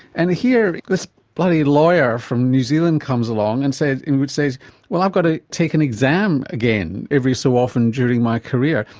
and here this bloody lawyer from new zealand who comes along and says says well i've got to take an exam again every so often during my career,